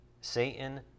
Satan